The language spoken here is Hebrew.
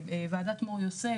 וועדת "מור יוסף",